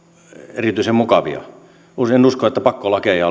erityisen mukavia en usko että pakkolakeja